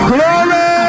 Glory